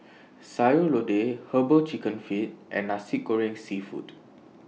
Sayur Lodeh Herbal Chicken Feet and Nasi Goreng Seafood